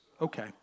Okay